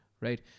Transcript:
right